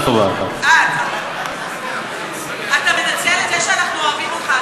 אתה מנצל את זה שאנחנו אוהבים אותך,